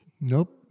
Nope